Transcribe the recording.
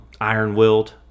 iron-willed